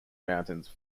mountains